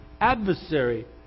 adversary